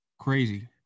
Crazy